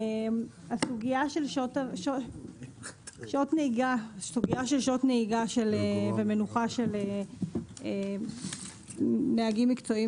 הסוגיה של שעות נהיגה ומנוחה של נהגים מקצועיים